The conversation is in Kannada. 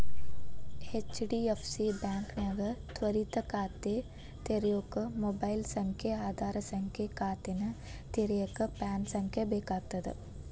ಹೆಚ್.ಡಿ.ಎಫ್.ಸಿ ಬಾಂಕ್ನ್ಯಾಗ ತ್ವರಿತ ಖಾತೆ ತೆರ್ಯೋಕ ಮೊಬೈಲ್ ಸಂಖ್ಯೆ ಆಧಾರ್ ಸಂಖ್ಯೆ ಖಾತೆನ ತೆರೆಯಕ ಪ್ಯಾನ್ ಸಂಖ್ಯೆ ಬೇಕಾಗ್ತದ